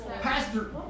Pastor